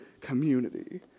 community